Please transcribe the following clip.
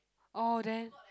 orh then